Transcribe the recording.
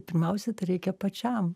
pirmiausia tai reikia pačiam